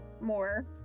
more